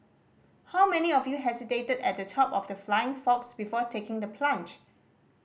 how many of you hesitated at the top of the flying fox before taking the plunge